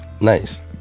Nice